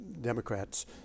Democrats